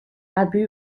abu